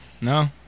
No